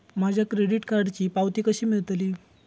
माझ्या क्रेडीट कार्डची पावती कशी मिळतली?